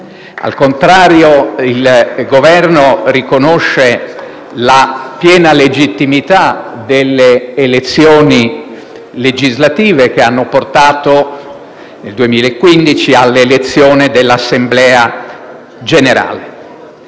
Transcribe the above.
Al contrario, il Governo riconosce la piena legittimità delle elezioni legislative che hanno portato nel 2015 all'elezione dell'Assemblea nazionale.